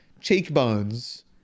cheekbones